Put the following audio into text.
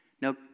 Now